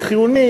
והיא חיונית,